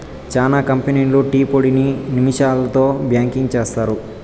చానా కంపెనీలు టీ పొడిని మిషన్లతో ప్యాకింగ్ చేస్తారు